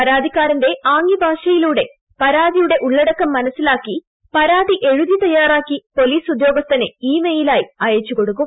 പരാതിക്കാരന്റെ ആംഗൃഭാഷയിലൂടെ പരാതിയുടെ ഉള്ളടക്കം മനസ്സിലാക്കി പരാതി എഴുതി തയ്യാറാക്കി പോലീസ് ഉദ്യോഗസ്ഥന് ഇ മെയിലായി അയച്ചുകൊടുക്കും